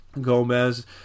Gomez